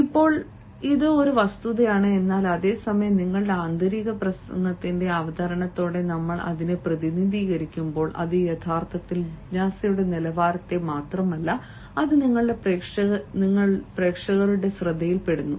ഇപ്പോൾ ഇത് ഒരു വസ്തുതയാണ് എന്നാൽ അതേ സമയം ഞങ്ങളുടെ ആന്തരിക പ്രസംഗത്തിന്റെ അവതരണത്തോടെ നമ്മൾ അതിനെ പ്രതിനിധീകരിക്കുമ്പോൾ അത് യഥാർത്ഥത്തിൽ ജിജ്ഞാസയുടെ നിലവാരത്തെ മാത്രമല്ല അത് നിങ്ങളുടെ പ്രേക്ഷകരുടെ ശ്രദ്ധയിൽ പെടുന്നു